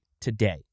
today